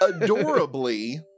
Adorably